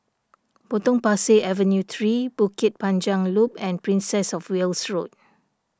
Potong Pasir Avenue three Bukit Panjang Loop and Princess of Wales Road